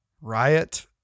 riot